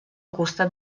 costat